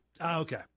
okay